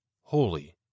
Holy